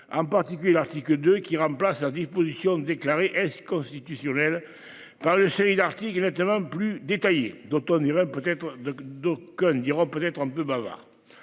En particulier l'article 2 qui remplace à disposition déclarée-ce constitutionnel. Par l'UCI d'. Nettement plus détaillée dont on irait peut-être de. D'aucuns diront peut-être un peu bavard.